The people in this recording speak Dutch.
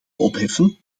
opheffen